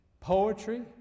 poetry